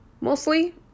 mostly